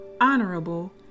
honorable